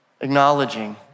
acknowledging